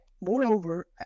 Moreover